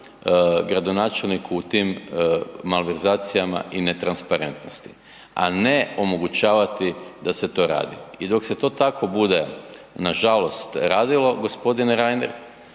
gradonačelniku u tim malverzacijama i netransparentnosti, a ne omogućavati da se to radi i dok se to tako bude nažalost radilo g. Reiner